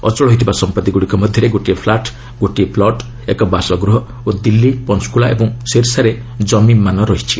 ଅଚଳ ହୋଇଥିବା ସମ୍ପଭିଗ୍ରଡ଼ିକ ମଧ୍ୟରେ ଗୋଟିଏ ଫ୍ଲାଟ୍ ଗୋଟିଏ ପ୍ଲୁଟ୍ ଏକ ବାସଗୃହ ଓ ଦିଲ୍ଲୀ ପଞ୍ଚକୁଲା ଏବଂ ସିର୍ସାରେ କମି ରହିଛି